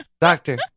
Doctor